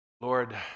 Lord